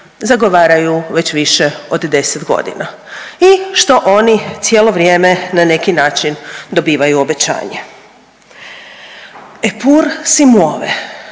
zagovaraju već više od 10 godina i što oni cijelo vrijeme na neki način dobivaju obećanja.